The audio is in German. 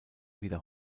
wieder